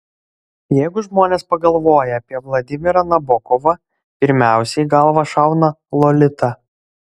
jeigu žmonės pagalvoja apie vladimirą nabokovą pirmiausia į galvą šauna lolita